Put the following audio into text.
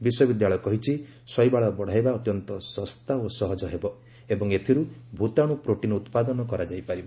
ବିଶ୍ୱବିଦ୍ୟାଳୟ କହିଛି ଶୈବାଳ ବଢ଼ାଇବା ଅତ୍ୟନ୍ତ ଶସ୍ତା ଓ ସହଜ ହେବ ଏବଂ ଏଥିରୁ ଭୂତାଣୁ ପ୍ରୋଟିନ୍ ଉତ୍ପାଦନ କରାଯାଇ ପାରିବ